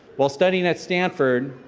while studying at stanford,